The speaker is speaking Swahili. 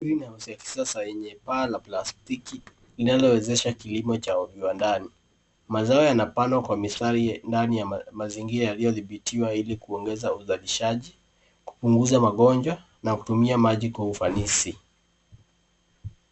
Greenhouse ya kisasa yenye paa la plastiki inalowezesha kilimo cha viwandani. Mazao yanapandwa kwa mistari, ndani ya mazingira yaliyodhibitiwa ili kuongeza uzalishaji, kupunguza magonjwa na kutumia maji kwa ufanisi.